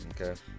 Okay